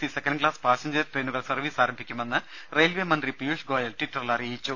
C second class passenger ട്രെയിനുകൾ service ആരംഭിക്കുമെന്ന് railway മന്ത്രി പിയൂഷ് ഗോയൽ ട്വിറ്ററിൽ അറിയിച്ചു